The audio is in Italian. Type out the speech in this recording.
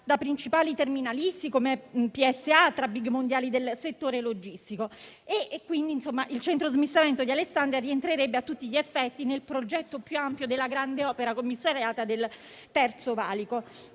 dai principali terminalisti come PSA, tra i *big* mondiali del settore logistico, per cui rientrerebbe a tutti gli effetti nel progetto più ampio della grande opera commissariata del Terzo valico.